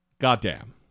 Goddamn